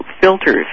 filters